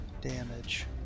damage